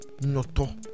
noto